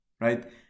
right